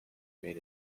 made